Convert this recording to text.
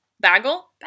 Bagel